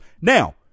Now